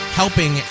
helping